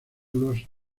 los